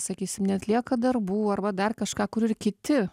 sakysim neatlieka darbų arba dar kažką kur ir kiti